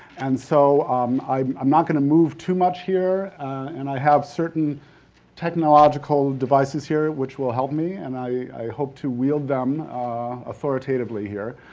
and so um i'm i'm not gonna move too much here and i have certain technological devices here which will help me and i hope to wield them authoritatively here.